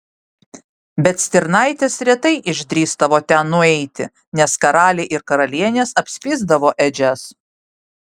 bet stirnaitės retai išdrįsdavo ten nueiti nes karaliai ir karalienės apspisdavo ėdžias